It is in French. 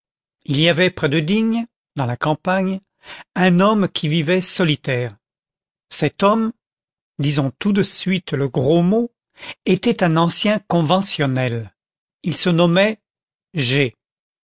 il y avait près de digne dans la campagne un homme qui vivait solitaire cet homme disons tout de suite le gros mot était un ancien conventionnel il se nommait